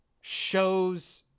shows